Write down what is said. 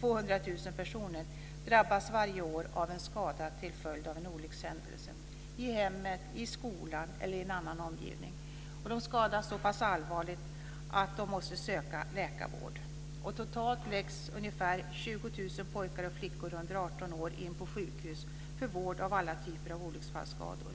200 000 personer, drabbas varje år av en skada till följd av en olyckshändelse - i hemmet, i skolan eller i en annan omgivning. De skadas så pass allvarligt att de måste söka läkarvård. Totalt läggs varje år ungefär 20 000 pojkar och flickor under 18 år in på sjukhus för vård av alla typer av olycksfallsskador.